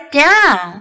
down